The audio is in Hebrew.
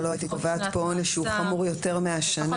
אבל לא הייתי קובעת פה עונש שהוא חמור יותר משנה.